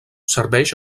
serveix